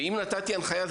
אם נתתי הנחיה,